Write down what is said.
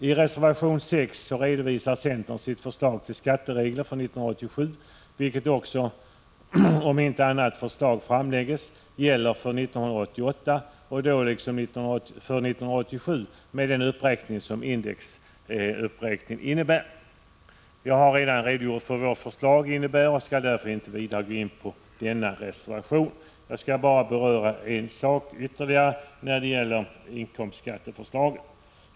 I reservation 6 redovisar centern sitt förslag till skatteregler för år 1987, vilket också — om inte annat förslag framläggs — gäller för 1988 och då liksom för 1987 även i fråga om indexuppräkningen. Jag har redan redogjort för vad vårt förslag innebär och skall därför inte vidare gå in på denna reservation. Jag skall bara beröra en sak ytterligare när det gäller inkomstskatteförslaget.